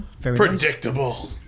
Predictable